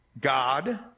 God